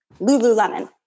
Lululemon